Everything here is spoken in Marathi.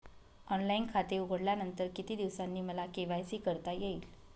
ऑनलाईन खाते उघडल्यानंतर किती दिवसांनी मला के.वाय.सी करता येईल?